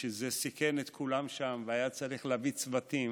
וזה סיכן את כולם שם uהיה צריך להביא צוותים